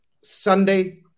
Sunday